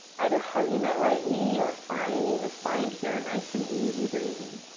either hugging that right knee or finding the spine here nice and easy breezy.